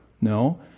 No